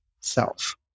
self